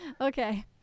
okay